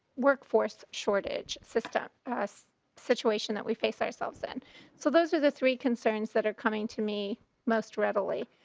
workforce shortage system us situation that we face ourselves and so those are the three concerns that are coming to me most readily.